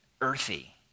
earthy